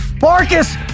Marcus